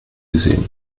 angesehen